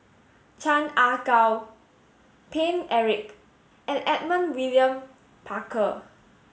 Chan Ah Kow Paine Eric and Edmund William Barker